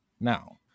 now